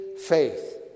faith